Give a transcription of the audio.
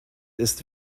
ist